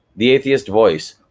the atheist voice,